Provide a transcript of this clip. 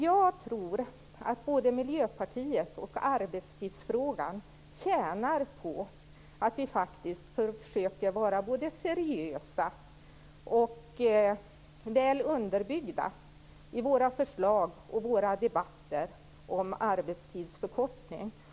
Jag tror att både Miljöpartiet och arbetstidsfrågan tjänar på att vi både försöker vara seriösa och ha väl underbyggda förslag i debatterna om arbetstidsförkortning.